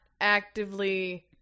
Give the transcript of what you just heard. actively